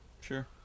Sure